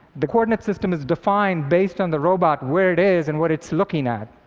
the coordinate system is defined based on the robot, where it is and what it's looking at.